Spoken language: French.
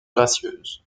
gracieuse